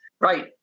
Right